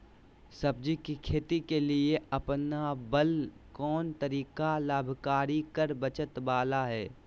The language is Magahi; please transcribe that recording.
सब्जी के खेती के लिए अपनाबल कोन तरीका लाभकारी कर बचत बाला है?